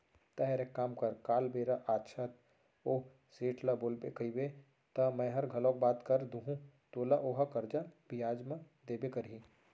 तैंहर एक काम कर काल बेरा आछत ओ सेठ ल बोलबे कइबे त मैंहर घलौ बात कर दूहूं तोला ओहा करजा बियाज म देबे करही